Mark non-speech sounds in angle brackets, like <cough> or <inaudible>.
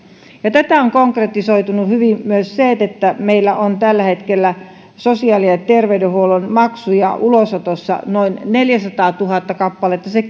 tätä on konkretisoinut hyvin myös se että meillä on tällä hetkellä sosiaali ja terveydenhuollon maksuja ulosotossa noin neljäsataatuhatta kappaletta se <unintelligible>